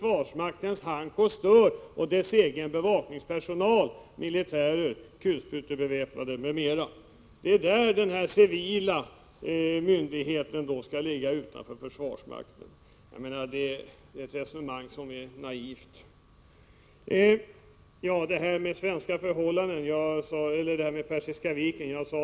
Det skall vara militär bevakningspersonal, beväpnad med kulsprutor m.m. Att det då skall vara en civil myndighet utanför försvarsmakten är ett resonemang som är naivt. Så till detta med Persiska viken.